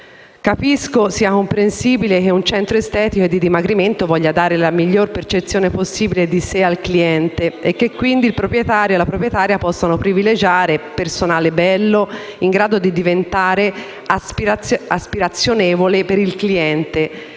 lavoro. È comprensibile che un centro estetico e dimagrimento voglia dare la migliore percezione possibile di sé al cliente e che quindi il proprietario o la proprietaria possano privilegiare personale bello, in grado di diventare aspirazionevole per il cliente